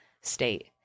state